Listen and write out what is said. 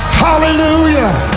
hallelujah